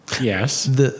yes